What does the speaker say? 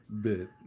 bit